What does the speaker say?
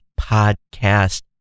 podcast